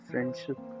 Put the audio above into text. Friendship